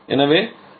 எனவே no